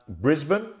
Brisbane